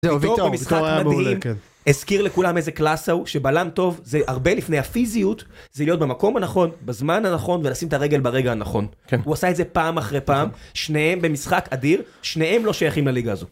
זה עובד טוב, זה משחק מדהים. הזכיר לכולם איזה קלאסה הוא, שבלם טוב, זה הרבה לפני הפיזיות, זה להיות במקום הנכון, בזמן הנכון, ולשים את הרגל ברגע הנכון. הוא עשה את זה פעם אחרי פעם, שניהם במשחק אדיר, שניהם לא שייכים לליגה הזאת.